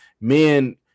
men